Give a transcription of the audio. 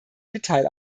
detail